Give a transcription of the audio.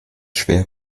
schwer